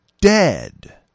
dead